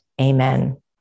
Amen